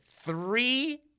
three